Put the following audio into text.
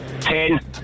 Ten